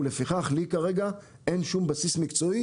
לפיכך לי כרגע אין שום בסיס מקצועי